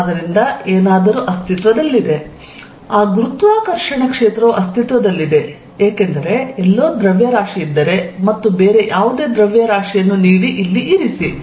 ಆದ್ದರಿಂದ ಏನಾದರೂ ಅಸ್ತಿತ್ವದಲ್ಲಿದೆ ಆ ಗುರುತ್ವಾಕರ್ಷಣ ಕ್ಷೇತ್ರವು ಅಸ್ತಿತ್ವದಲ್ಲಿದೆ ಏಕೆಂದರೆ ಎಲ್ಲೋ ದ್ರವ್ಯರಾಶಿ ಇದ್ದರೆ ಮತ್ತು ಬೇರೆ ಯಾವುದೇ ದ್ರವ್ಯರಾಶಿಯನ್ನು ನೀಡಿ ಇಲ್ಲಿ ಇರಿಸಿ